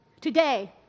today